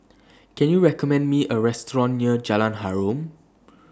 Can YOU recommend Me A Restaurant near Jalan Harum